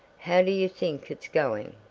how do you think it's going?